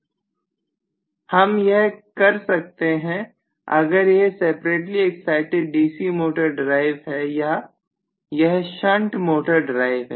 हम यह कर सकते हैं अगर यह separately excited DC motor drive है या यह शंट मोटर ड्राइव है